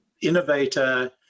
innovator